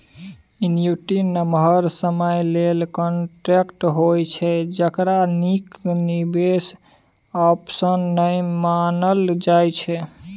annuity नमहर समय लेल कांट्रेक्ट होइ छै जकरा नीक निबेश आप्शन नहि मानल जाइ छै